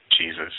Jesus